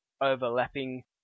overlapping